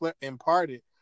imparted